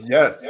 Yes